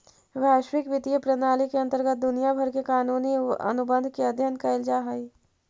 वैश्विक वित्तीय प्रणाली के अंतर्गत दुनिया भर के कानूनी अनुबंध के अध्ययन कैल जा हई